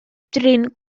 drin